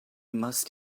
must